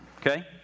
okay